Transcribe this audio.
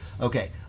Okay